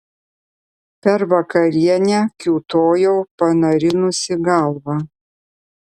per vakarienę kiūtojau panarinusi galvą